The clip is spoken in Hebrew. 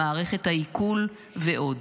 במערכת העיכול ועוד